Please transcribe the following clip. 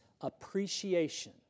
appreciation